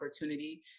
opportunity